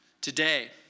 Today